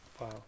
Wow